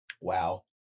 Wow